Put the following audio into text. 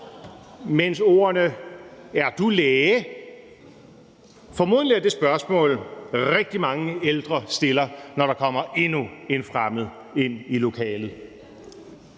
Mens ordene »Er du læge?« formodentlig er det spørgsmål, rigtig mange ældre stiller, når der kommer endnu en fremmed ind i lokalet.